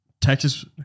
Texas